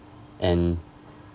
and